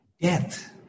death